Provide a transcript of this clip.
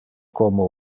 como